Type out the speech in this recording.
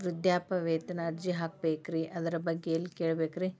ವೃದ್ಧಾಪ್ಯವೇತನ ಅರ್ಜಿ ಹಾಕಬೇಕ್ರಿ ಅದರ ಬಗ್ಗೆ ಎಲ್ಲಿ ಕೇಳಬೇಕ್ರಿ?